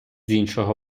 іншого